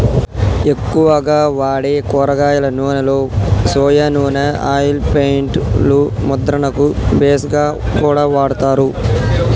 ఎక్కువగా వాడే కూరగాయల నూనెలో సొయా నూనె ఆయిల్ పెయింట్ లు ముద్రణకు బేస్ గా కూడా వాడతారు